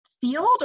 field